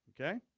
Okay